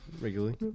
Regularly